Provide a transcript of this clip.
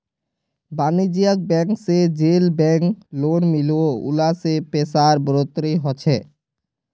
वानिज्ज्यिक बैंक से जेल बैंक लोन मिलोह उला से पैसार बढ़ोतरी होछे